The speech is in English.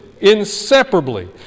inseparably